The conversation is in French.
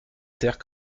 terre